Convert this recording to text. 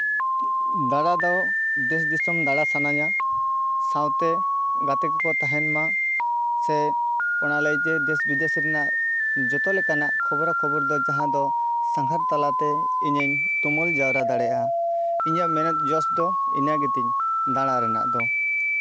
ᱫᱟᱬᱟ ᱫᱚ ᱫᱮᱹᱥ ᱫᱤᱥᱚᱢ ᱫᱟᱬᱟ ᱥᱟᱱᱟᱧᱟ ᱥᱟᱶᱛᱮ ᱜᱟᱛᱮ ᱠᱚᱠᱚ ᱛᱟᱦᱮᱱ ᱢᱟ ᱥᱮ ᱚᱱᱟ ᱞᱟᱹᱭᱛᱮ ᱫᱮᱹᱥ ᱵᱤᱫᱮᱹᱥ ᱨᱮᱱᱟᱜ ᱡᱚᱛᱚ ᱞᱮᱠᱟᱱᱟᱜ ᱠᱷᱚᱵᱽᱨᱟ ᱠᱷᱚᱵᱚᱨ ᱫᱚ ᱡᱟᱦᱟᱸ ᱫᱚ ᱥᱟᱸᱜᱷᱟᱨ ᱛᱟᱞᱟᱛᱮ ᱤᱧᱤᱧ ᱛᱩᱢᱟᱹᱞ ᱡᱟᱣᱨᱟ ᱫᱟᱲᱮᱭᱟᱜᱼᱟ ᱤᱧᱟᱹᱜ ᱢᱮᱱᱮᱫ ᱡᱚᱥ ᱫᱚ ᱤᱱᱟ ᱜᱮᱛᱤᱧ ᱫᱟᱬᱟ ᱨᱮᱱᱟᱜ ᱫᱚ